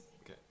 Okay